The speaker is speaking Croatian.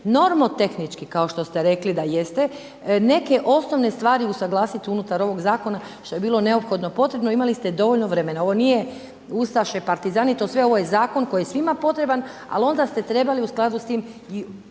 normotehnički kao što ste rekli da jeste, neke osnovne stvari usuglasiti unutar ovog zakona što bi bilo neophodno potrebno, imali ste dovoljno vremena. Ovo nije ustaše, partizani, to sve, ovo je zakon koji je svima potreba ali onda ste trebali u skladu s tim